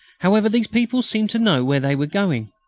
however, these people seemed to know where they were going.